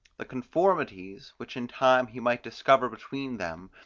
the conformities, which in time he might discover between them,